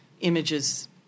images